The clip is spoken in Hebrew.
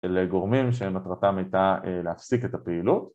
לגורמים שמטרתם הייתה להפסיק את הפעילות,